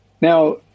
Now